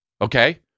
okay